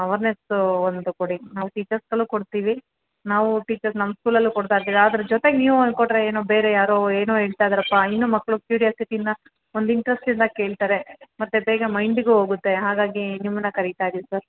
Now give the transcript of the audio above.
awareness ಒಂದು ಕೊಡಿ ನಾವು ಟೀಚರ್ಸ್ಗಳು ಕೊಡ್ತೀವಿ ನಾವು ಟೀಚರ್ಸ್ ನಮ್ಮ ಸ್ಕೂಲಲ್ಲೂ ಕೊಡ್ತಾ ಇರುತ್ತೀವಿ ಅದ್ರ ಜೊತೆಗೆ ನೀವೂ ಒಂದು ಕೊಟ್ಟರೆ ಏನು ಬೇರೆ ಯಾರೋ ಏನೋ ಹೇಳ್ತಾ ಇದಾರಪ್ಪಾ ಇನ್ನೂ ಮಕ್ಕಳು ಕ್ಯೂರಿಯಾಸಿಟಿಯಿಂದ ಒಂದು ಇಂಟ್ರೆಸ್ಟಿಂದ ಕೇಳ್ತಾರೆ ಮತ್ತು ಬೇಗ ಮೈಂಡಿಗೂ ಹೋಗುತ್ತೆ ಹಾಗಾಗಿ ನಿಮ್ಮನ್ನು ಕರೀತಾ ಇದ್ದೀವಿ ಸರ್